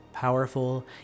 powerful